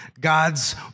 God's